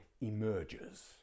emerges